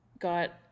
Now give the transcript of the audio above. got